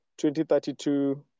2032